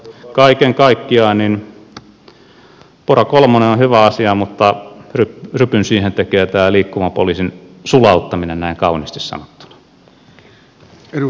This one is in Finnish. kaiken kaikkiaan pora kolmonen on hyvä asia mutta rypyn siihen tekee tämä liikkuvan poliisin sulauttaminen näin kauniisti sanottuna